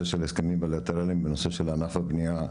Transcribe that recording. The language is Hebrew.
של הסכמים בילטרליים בנושא ענף הבנייה,